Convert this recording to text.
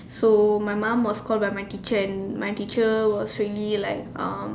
so my mom was called by my teacher and my teacher was really like um